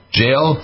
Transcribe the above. jail